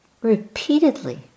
repeatedly